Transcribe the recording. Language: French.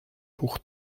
pour